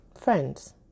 friends